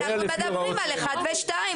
על זה אנחנו מדברים, על (1) ו-(2).